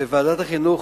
ועדת החינוך,